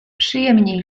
przyjemniej